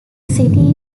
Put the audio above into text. city